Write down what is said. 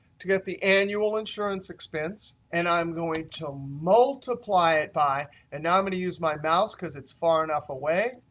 to get the annual insurance expense. and i'm going to multiply it by and now, i'm going to use my mouse, because it's far enough away,